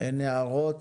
אין הערות.